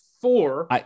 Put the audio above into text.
four